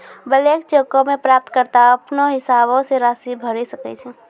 blank चेको मे प्राप्तकर्ता अपनो हिसाबो से राशि भरि सकै छै